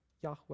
Yahweh